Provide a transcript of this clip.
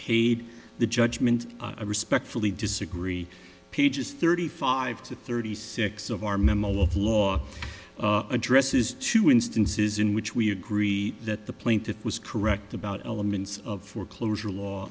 paid the judgment i respectfully disagree pages thirty five to thirty six of our memo of law addresses two instances in which we agree that the plaintiff was correct about elements of foreclosure law